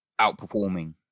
outperforming